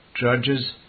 Judges